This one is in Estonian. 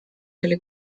selle